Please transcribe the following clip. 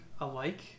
alike